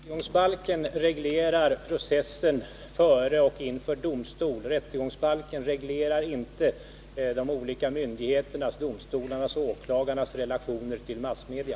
Herr talman! Rättegångsbalken reglerar processen före och inför domstolsförhandlingen. Rättegångsbalken reglerar inte de olika myndigheternas — domstolarnas och åklagarnas — relationer till massmedia.